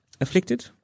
afflicted